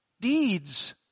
deeds